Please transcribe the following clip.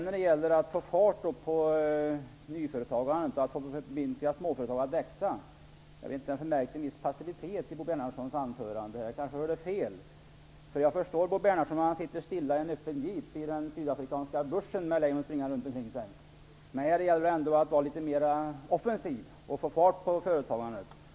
När det gäller att få fart på nyföretagandet och att få småföretag att växa märkte jag en viss passivitet i Bo Bernhardssons anförande. Jag kanske hörde fel. Jag förstår att Bo Bernhardsson tänker så när han sitter i en öppen jeep i den sydafrikanska bushen med lejon springande omkring sig. Men här gäller det att vara mer offensiv och få fart på företagandet.